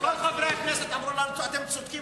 כל חברי הכנסת אמרו לנו: אתם צודקים,